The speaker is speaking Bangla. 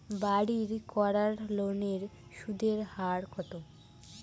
বাড়ির করার লোনের সুদের হার কত?